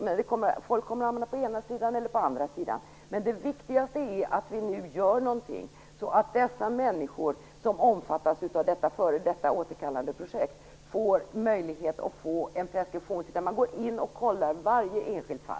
Människor kommer att hamna på den ena eller den andra sidan. Men det viktigaste är att vi nu gör någonting, så att de människor som omfattas av det f.d. återkallandeprojektet får rätt till en preskriptionstid. Varje enskilt fall måste kontrolleras.